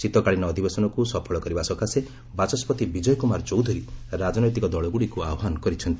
ଶୀତକାଳୀନ ଅଧିବେଶନକୁ ସଫଳ କରିବା ସକାଶେ ବାଚସ୍କତି ବିଜୟ କୁମାର ଚୌଧୁରୀ ରାଜନୈତିକ ଦଳଗୁଡ଼ିକୁ ଆହ୍ଚାନ କରିଛନ୍ତି